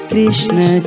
Krishna